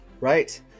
right